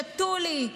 שתו לי,